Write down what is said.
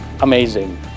amazing